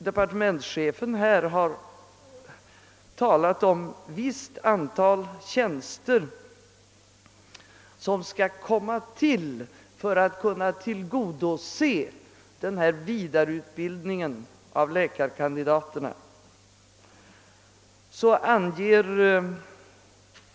Departementschefen har omnämnt att ett visst antal tjänster skall inrättas för vidareutbildningen av läkarkandidaterna.